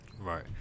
Right